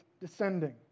descending